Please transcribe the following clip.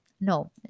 No